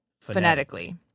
phonetically